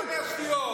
לדבר שטויות.